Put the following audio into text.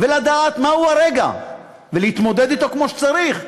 ולדעת מהו הרגע, ולהתמודד אתו כמו שצריך.